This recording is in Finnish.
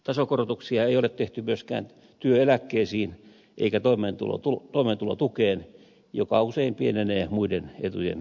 tasokorotuksia ei ole tehty myöskään työeläkkeisiin eikä toimeentulotukeen joka usein pienenee muiden etujen kasvaessa